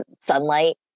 sunlight